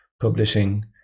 publishing